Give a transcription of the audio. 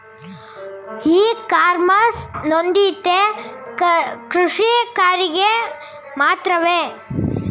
E commerce ನೊಂದಾಯಿತ ಕೃಷಿಕರಿಗೆ ಮಾತ್ರವೇ?